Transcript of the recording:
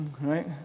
Right